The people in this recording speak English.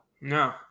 No